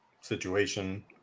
situation